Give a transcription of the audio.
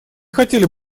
хотели